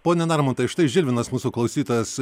pone narmontai štai žilvinas mūsų klausytojas